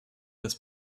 this